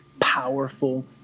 powerful